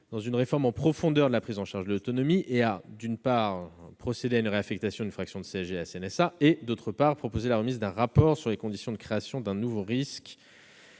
une réforme en profondeur de la prise en charge de perte d'autonomie. Il a, d'une part, procédé à une réaffectation d'une fraction de CSG à la CNSA, et, d'autre part, proposé la remise d'un rapport sur les conditions de création d'un nouveau risque